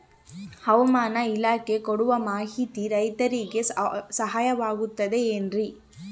ಹವಮಾನ ಇಲಾಖೆ ಕೊಡುವ ಮಾಹಿತಿ ರೈತರಿಗೆ ಸಹಾಯವಾಗುತ್ತದೆ ಏನ್ರಿ?